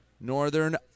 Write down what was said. Northern